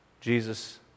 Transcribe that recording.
Jesus